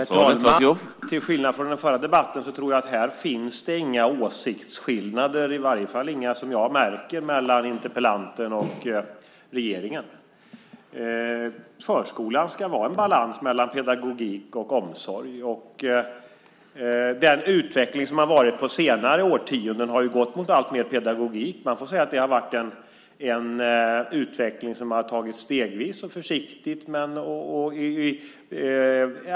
Herr talman! Till skillnad från i den förra debatten tror jag att här inte finns några åsiktsskillnader, i varje fall inga som jag märker, mellan interpellanten och regeringen. I förskolan ska det vara en balans mellan pedagogik och omsorg. Den utveckling som har varit under senare årtionden har gått mot alltmer pedagogik. Det har varit en utveckling som har skett stegvis och försiktigt.